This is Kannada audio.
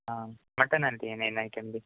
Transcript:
ಹಾಂ ಮಟನಲ್ಲಿ ಏನೇನು ಐಟಮ್ ಇದೆ